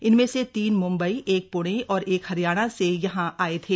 इनमें से तीन म्ंबई एक प्णे और एक हरियाणा से यहां आए थे